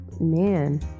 man